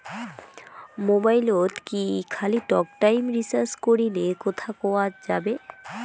মোবাইলত কি খালি টকটাইম রিচার্জ করিলে কথা কয়া যাবে?